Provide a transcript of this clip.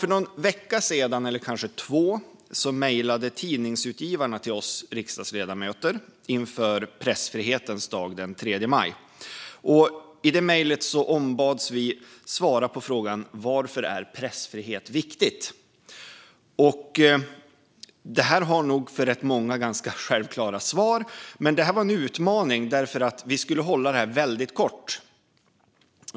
För någon vecka eller två sedan mejlade Tidningsutgivarna till oss riksdagsledamöter inför pressfrihetens dag den 3 maj. I mejlet ombads vi svara på frågan: Varför är pressfrihet viktigt? Svaret är kanske självklart för många, men det var en utmaning för oss eftersom vi skulle hålla det väldigt kort.